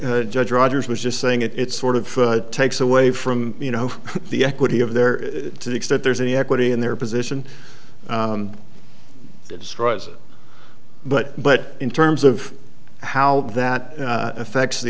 judge rogers was just saying it's sort of takes away from you know the equity of their to the extent there's any equity in their position that destroys it but but in terms of how that affects the